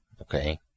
okay